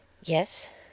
Yes